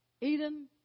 Eden